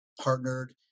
partnered